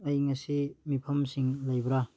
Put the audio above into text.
ꯑꯩ ꯉꯁꯤ ꯃꯤꯐꯝꯁꯤꯡ ꯂꯩꯕ꯭ꯔꯥ